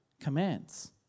commands